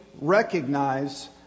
recognize